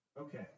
Okay